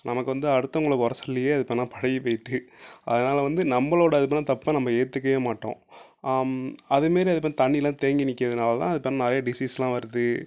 நமக்கு வந்து அடுத்தவங்கள குறை சொல்லியே அது தானாக பழகி போய்விட்டு அதனால் வந்து நம்மளோடய அது பண்ண தப்பை நம்ம ஏற்றுக்கவே மாட்டோம் அதே மாரி அதே மா தண்ணியெலாம் தேங்கி நிற்கிறதுனால தான் அதுபோல் நிறைய டிசீஸ்செல்லாம் வருது